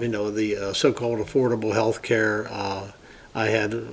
you know the so called affordable health care i had